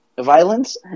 violence